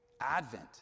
Advent